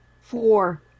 Four